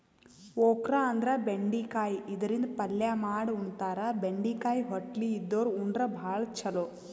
okra ಅಂದ್ರ ಬೆಂಡಿಕಾಯಿ ಇದರಿಂದ ಪಲ್ಯ ಮಾಡ್ ಉಣತಾರ, ಬೆಂಡಿಕಾಯಿ ಹೊಟ್ಲಿ ಇದ್ದೋರ್ ಉಂಡ್ರ ಭಾಳ್ ಛಲೋ